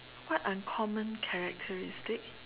what uncommon characteristic